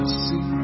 see